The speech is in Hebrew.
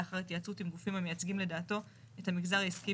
לאחר התייעצות עם גופים המייצגים לדעתו את המגזר העסקי